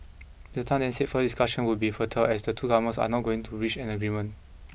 Mister Tan then said further discussion would be fertile as the two governments are not going to reach an agreement